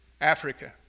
Africa